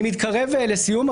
אני מתקרב לסיום,